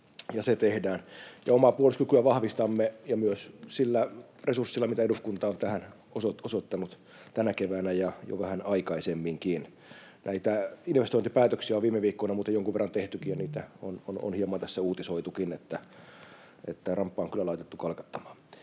se tehdään, ja omaa puolustuskykyä vahvistamme ja myös sillä resurssilla, mitä eduskunta on tähän osoittanut tänä keväänä ja jo vähän aikaisemminkin. Näitä investointipäätöksiä on viime viikkoina muuten jonkun verran tehtykin, ja niitä on hieman tässä uutisoitukin, että ramppa on kyllä laitettu kalkattamaan.